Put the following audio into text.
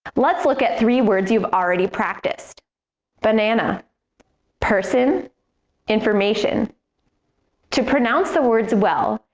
let's look at three words you've already practiced banana person information to pronounce the words well,